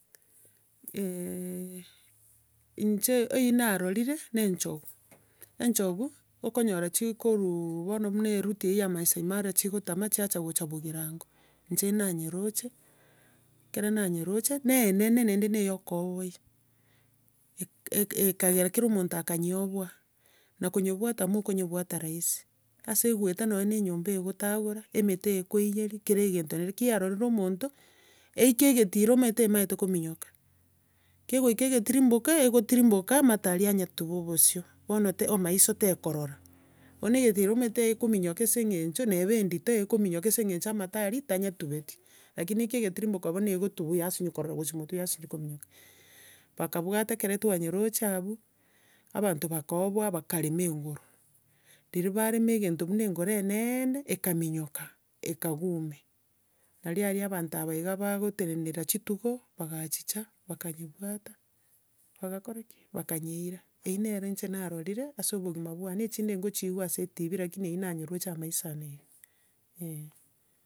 inche eyio narorire na enchogu, enchogu, okonyora chikorwaa bono buna eruti eyio ya masai mara chigotama, chiacha kochia bogiranga. Inche nanyeroche, ekero nanyeroche, na enene naende ekooboiyia, ekagera kero omonto akanyeoboa na konyebwata mokonyebwata rahisi. Ase egoeta nonya na enyomba egotagora, emete ekoiyeria, kere egento nanede ki yarorire omonto, eike egetiro omanyete emanyete kominyoka, kegoika egetirimboko, egotirimboka amato aria anyatuba obosio, bono te- o maiso tekorora. Bono egetiro omanyete ekominyoka, ase eng'encho neba endito ekominyoka ase eng'encho amato aria, tanyetubeti. Lakini eike egetiromboko bono egetubwa yasinywa korora gochia motwe, yasinywa kominyoka. Bakwabata ekero twanyeroche abwo, abanto bakaoboa, bakarema engoro. Riria barema egento buna engoro eneene, ekaminyoka, ekagua ime, naria aria abanto aba iga bagotenenera chitugo bagachicha bakanyebwata, bagakora ki? Bakanyeira. Eyio nere inche narorire ase obogima bwane, echinde nkochiigua ande ase etibi, lakini eyio nanyeroche amaiso ane iga, eh.